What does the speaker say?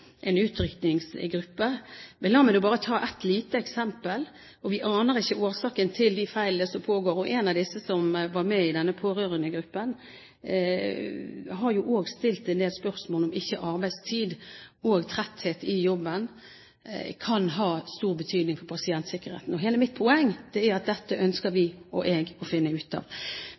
en utrykningsgruppe, men la meg nå bare ta et lite eksempel. Vi aner ikke årsaken til de feilene som pågår. En av dem som var med i pårørendegruppen, har også stilt en del spørsmål om ikke arbeidstid og tretthet i jobben kan ha stor betydning for pasientsikkerheten. Hele mitt poeng er at dette ønsker vi – og jeg – å finne ut av.